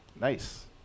Nice